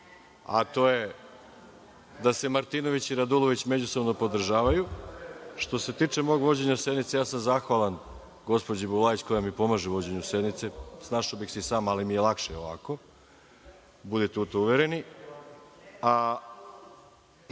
a to je da se Martinović i Radulović međusobno podržavaju. Što se tiče mog vođenja sednice zahvalan sam gospođi Bulajić koja mi pomaže u vođenju sednice. Snašao bih se i sam, ali mi je lakše ovako, budite u to uvereni,